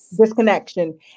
Disconnection